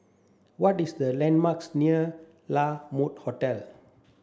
what is the landmarks near La Mode Hotel